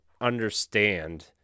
understand